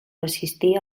assistir